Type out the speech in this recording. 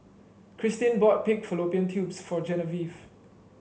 Krystin bought Pig Fallopian Tubes for Genevieve